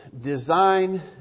design